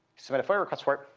submit a foia request for it,